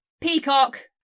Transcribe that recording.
peacock